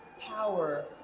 power